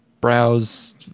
browse